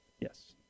Yes